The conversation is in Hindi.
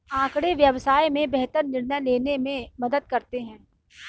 आँकड़े व्यवसाय में बेहतर निर्णय लेने में मदद करते हैं